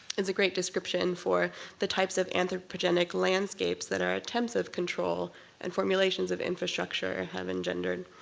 it's a great description for the types of anthropogenic landscapes that our attempts of control and formulations of infrastructure have engendered.